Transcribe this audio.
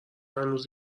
هنوز